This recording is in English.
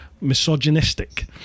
misogynistic